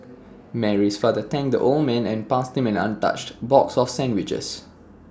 Mary's father thanked the old man and passed him an untouched box of sandwiches